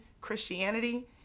Christianity